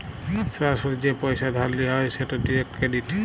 সরাসরি যে পইসা ধার লিয়া হ্যয় সেট ডিরেক্ট ক্রেডিট